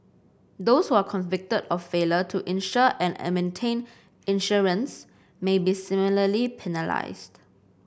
those who are convicted of failure to insure and maintain insurance may be similarly penalised